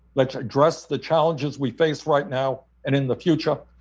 let's address the challenges we face right now and in the future,